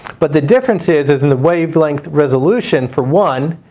but the difference is is in the wavelength resolution. for one,